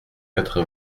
quatre